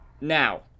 Now